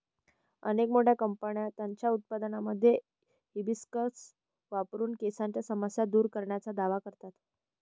अनेक मोठ्या कंपन्या त्यांच्या उत्पादनांमध्ये हिबिस्कस वापरून केसांच्या समस्या दूर करण्याचा दावा करतात